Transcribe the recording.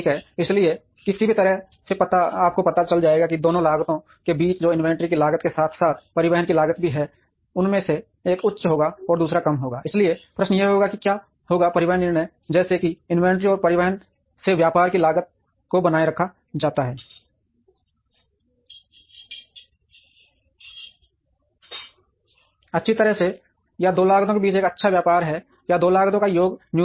इसलिए किसी भी तरह से आपको पता चल जाएगा कि दोनों लागतों के बीच जो इन्वेंट्री की लागत के साथ साथ परिवहन की लागत भी है उनमें से एक उच्च होगा और दूसरा कम होगा और इसलिए प्रश्न यह होगा कि क्या होगा परिवहन निर्णय जैसे कि इन्वेंट्री और परिवहन से व्यापार की लागत को बनाए रखा जाता है अच्छी तरह से या दो लागतों के बीच एक अच्छा व्यापार है या दो लागतों का योग न्यूनतम होगा